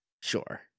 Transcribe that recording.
Sure